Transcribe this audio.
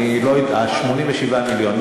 87 המיליון,